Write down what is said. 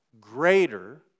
greater